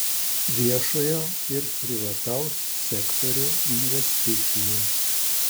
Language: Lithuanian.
viešojo ir privataus sektorių investicijų